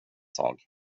tag